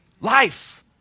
Life